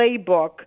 playbook